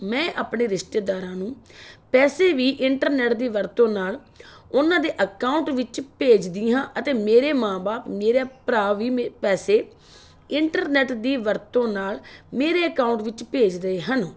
ਮੈਂ ਆਪਣੇ ਰਿਸ਼ਤੇਦਾਰਾਂ ਨੂੰ ਪੈਸੇ ਵੀ ਇੰਟਰਨੈੱਟ ਦੀ ਵਰਤੋਂ ਨਾਲ ਉਨ੍ਹਾਂ ਦੇ ਅਕਾਊਂਟ ਵਿੱਚ ਭੇਜਦੀ ਹਾਂ ਅਤੇ ਮੇਰੇ ਮਾਂ ਬਾਪ ਮੇਰਾ ਭਰਾ ਵੀ ਮੇ ਪੈਸੇ ਇੰਟਰਨੈੱਟ ਦੀ ਵਰਤੋਂ ਨਾਲ ਮੇਰੇ ਅਕਾਊਂਟ ਵਿੱਚ ਭੇਜਦੇ ਹਨ